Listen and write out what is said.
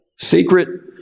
secret